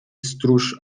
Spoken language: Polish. stróż